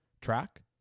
track